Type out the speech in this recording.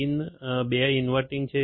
pin 2 inverting છે